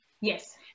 Yes